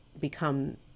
become